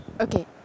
Okay